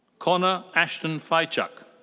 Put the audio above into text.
connor ashton faiczak.